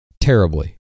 terribly